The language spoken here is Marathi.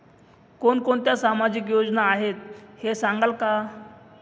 कोणकोणत्या सामाजिक योजना आहेत हे सांगाल का?